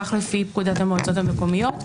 כך לפי פקודת המועצות המקומיות,